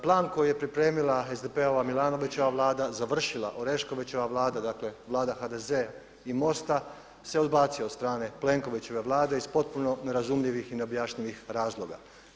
Plan koji je pripremila SDP-ova, Milanovićeva Vlada završila Oreškovićeva Vlada, dakle Vlada HDZ i MOST-a se odbacio od strane Plenkovićeve Vlade iz potpuno nerazumljivih i neobjašnjivih razloga.